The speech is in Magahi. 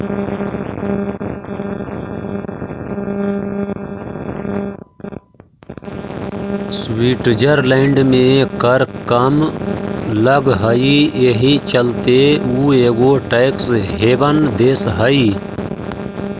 स्विट्ज़रलैंड में कर कम लग हई एहि चलते उ एगो टैक्स हेवन देश हई